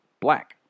black